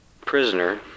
prisoner